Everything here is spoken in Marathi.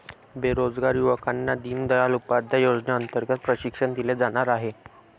बेरोजगार युवकांना दीनदयाल उपाध्याय योजनेअंतर्गत प्रशिक्षण दिले जाणार आहे